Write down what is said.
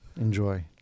Enjoy